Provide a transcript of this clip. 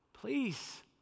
Please